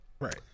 Right